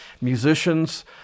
Musicians